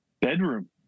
bedroom